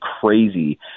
crazy